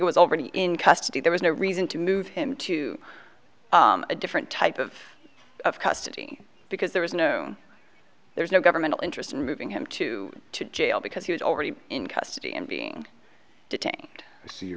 ortega was already in custody there was no reason to move him to a different type of custody because there was no there's no governmental interest in moving him to jail because he was already in custody and being detained